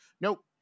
nope